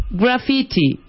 graffiti